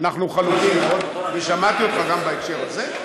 אנחנו חלוקים, אני שמעתי אותך גם בהקשר הזה.